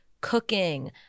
cooking